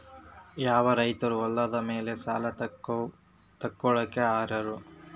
ಯಾವ ರೈತರು ಹೊಲದ ಮೇಲೆ ಸಾಲ ತಗೊಳ್ಳೋಕೆ ಅರ್ಹರು?